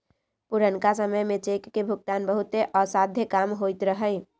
पुरनका समय में चेक के भुगतान बहुते असाध्य काम होइत रहै